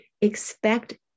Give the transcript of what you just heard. Expect